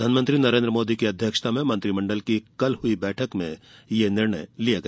प्रधानमंत्री नरेन्द्र मोदी की अध्यक्षता में मंत्रिमंडल की कल हुयी बैठक में यह निर्णय लिया गया